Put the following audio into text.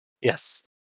Yes